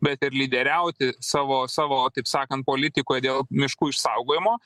bet ir lyderiauti savo savo taip sakant politikoj dėl miškų išsaugojimo